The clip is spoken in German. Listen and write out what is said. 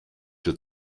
für